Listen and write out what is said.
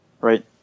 right